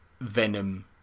Venom